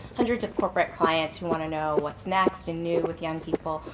hundreds of corporate clients who want to know what's next and new with young people.